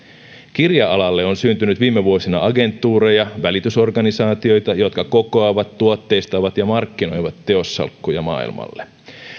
kirja alalle on syntynyt viime vuosina agentuureja välitysorganisaatioita jotka kokoavat tuotteistavat ja markkinoivat teossalkkuja maailmalle